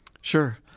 Sure